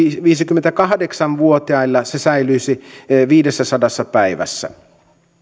viisikymmentäkahdeksan vuotiailla se säilyisi viidessäsadassa päivässä